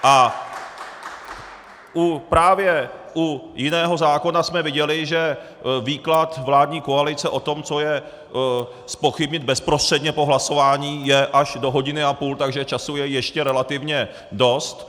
A právě u jiného zákona jsme viděli, že výklad vládní koalice o tom, co je zpochybnit bezprostředně po hlasování, je až do hodiny a půl, takže času je ještě relativně dost.